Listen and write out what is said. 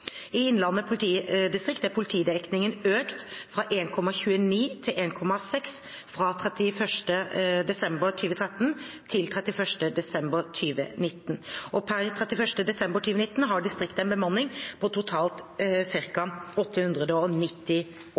I Innlandet politidistrikt er politidekningen økt fra 1,29 til 1,6 fra 31. desember 2013 til 31. desember 2019. Per 31. desember 2019 har distriktet en bemanning på totalt ca. 890